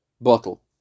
bottle